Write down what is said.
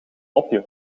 mopje